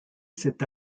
cet